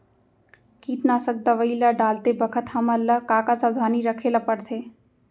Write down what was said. कीटनाशक दवई ल डालते बखत हमन ल का का सावधानी रखें ल पड़थे?